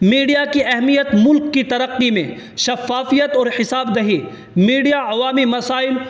media کی اہمیت ملک کی ترقی میں شفافیت اور حساب دہی میڈیا عوامی مسائل